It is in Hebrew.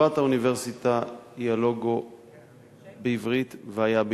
תשובת האוניברסיטה היא: הלוגו בעברית והיה בעברית.